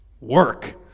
work